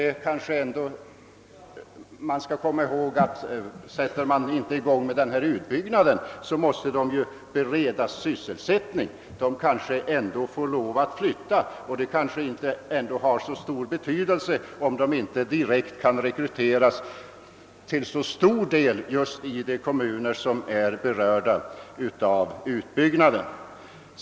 Man skall komma ihåg att, om man inte sätter i gång denna utbyggnad, så måste de ju beredas sysselsättning. De kanske ändå får lov att flytta, och det kanske inte har så stor betydelse, om de inte direkt kan rekryteras till så stor del i just de kommuner som är berörda av utbyggnaden.